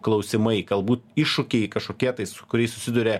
klausimai galbūt iššūkiai kažkokie tai su kuriais susiduria